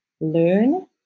learn